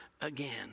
again